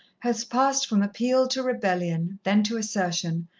has passed from appeal to rebellion, then to assertion,